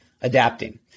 adapting